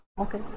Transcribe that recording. okay